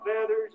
feathers